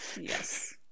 Yes